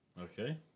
Okay